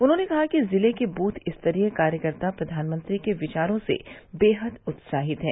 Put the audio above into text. उन्होंने कहा कि जिले के बूथ स्तरीय कार्यकर्ता प्रधानमंत्री के विचारों से बेहद उत्साहित है